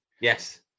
Yes